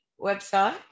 website